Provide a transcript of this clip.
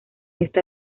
esta